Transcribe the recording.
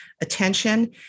attention